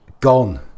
gone